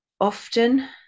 often